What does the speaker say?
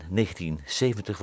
1970